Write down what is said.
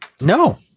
No